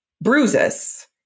Bruises